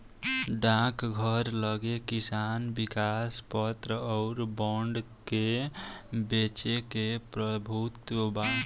डाकघर लगे किसान विकास पत्र अउर बांड के बेचे के प्रभुत्व बा